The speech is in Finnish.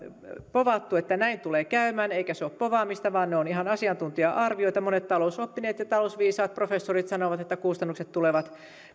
povattu että näin tulee käymään eikä se ole povaamista vaan ne ovat ihan asiantuntija arvioita monet talousoppineet ja talousviisaat professorit sanovat että kustannukset tulevat